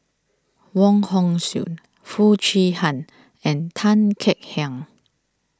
Wong Hong Suen Foo Chee Han and Tan Kek Hiang